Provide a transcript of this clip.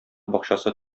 бакчасы